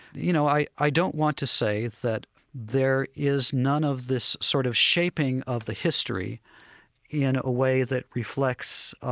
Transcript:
you know, i i don't want to say that there is none of this sort of shaping of the history in a way that reflects